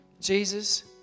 Jesus